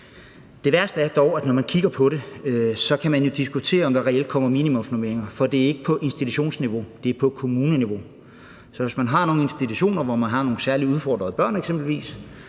Det værste er dog, at når man kigger på det, så kan man jo diskutere, om der reelt kommer minimumsnormeringer, for det er ikke på institutionsniveau, men på kommuneniveau. Så hvis der er nogle institutioner, hvor man eksempelvis har nogle særligt udfordrede børn,